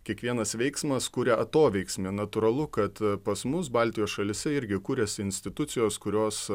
kiekvienas veiksmas kuria atoveiksmį natūralu kad pas mus baltijos šalyse irgi kuriasi institucijos kurios